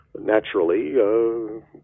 naturally